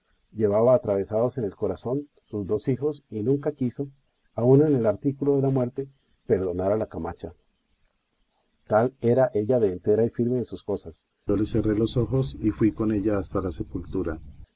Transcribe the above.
llevaba atravesados en el corazón sus dos hijos y nunca quiso aun en el artículo de la muerte perdonar a la camacha tal era ella de entera y firme en sus cosas yo le cerré los ojos y fui con ella hasta la sepultura